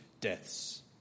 deaths